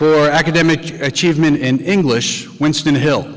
for academic achievement in english winston hill